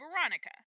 Veronica